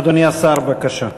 אדוני השר, בבקשה.